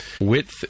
width